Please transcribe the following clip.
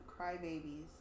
crybabies